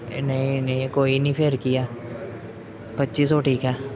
ਨਹੀਂ ਨਹੀਂ ਕੋਈ ਨਹੀਂ ਫਿਰ ਕੀ ਆ ਪੱਚੀ ਸੌ ਠੀਕ ਹੈ